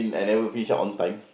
I never finish up on time